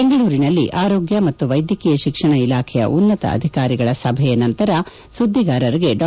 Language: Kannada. ಬೆಂಗಳೂರಿನಲ್ಲಿ ಆರೋಗ್ಯ ಮತ್ತು ವೈದ್ಯಕೀಯ ಶಿಕ್ಷಣ ಇಲಾಖೆಯ ಉನ್ನತ ಅಧಿಕಾರಿಗಳ ಸಭೆಯ ನಂತರ ಸುದ್ದಿಗಾರರಿಗೆ ಡಾ